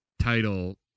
title